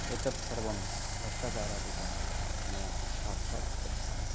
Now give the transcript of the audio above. एतत् सर्वं भ्रष्टाचारादिकं मया साक्षात् दृष्टम्